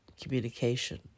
communication